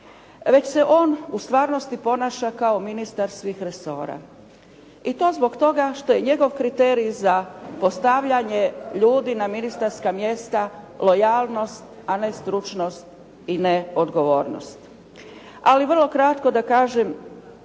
već se on u stvarnosti ponaša kao ministar svih resora i to zbog toga što je njegov kriterij za postavljanje ljudi na ministarska mjesta lojalnost, a ne stručnost i ne odgovornost. Ali vrlo kratko da kažem